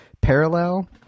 parallel